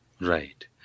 Right